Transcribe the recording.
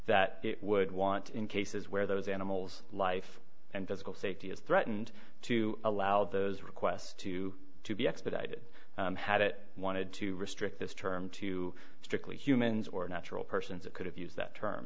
that it would want in cases where those animals life and does go safety is threatened to allow those requests to to be expedited had it wanted to restrict this term to strictly humans or natural persons that could have used that term